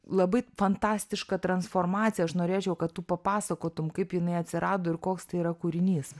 labai fantastiška transformacija aš norėčiau kad tu papasakotum kaip jinai atsirado ir koks tai yra kūrinys